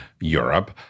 Europe